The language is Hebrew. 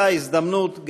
באותה הזדמנות,